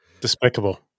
Despicable